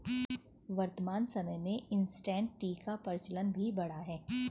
वर्तमान समय में इंसटैंट टी का प्रचलन भी बढ़ा है